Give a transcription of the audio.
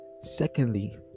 secondly